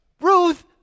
Ruth